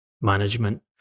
management